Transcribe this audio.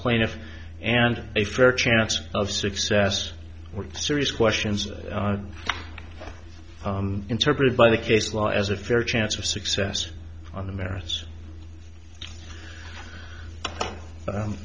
plaintiff and a fair chance of success or serious questions interpreted by the case law as a fair chance of success on the merits